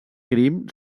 crim